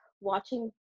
watching